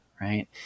right